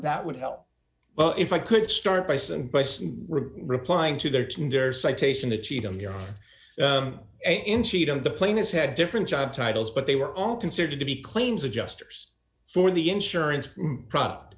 that would help but if i could start bison replying to their citation the cheatham in cheat on the plane is had different job titles but they were all considered to be claims adjusters for the insurance product